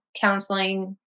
counseling